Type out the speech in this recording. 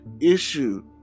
issue